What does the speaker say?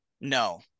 No